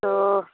तो